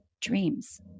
dreams